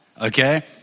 okay